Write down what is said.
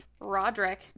roderick